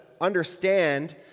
understand